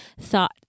thought